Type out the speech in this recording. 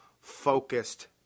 focused